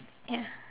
ya